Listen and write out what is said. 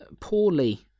poorly